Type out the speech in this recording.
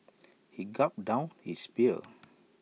he gulped down his beer